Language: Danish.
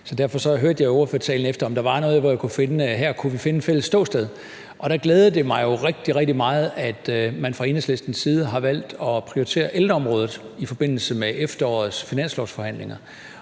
så derfor hørte jeg i ordførertalen efter, om der var noget, hvor vi kunne finde et fælles ståsted. Der glædede det mig jo rigtig, rigtig meget, at man fra Enhedslistens side har valgt at prioritere ældreområdet i forbindelse med efterårets finanslovsforhandlinger.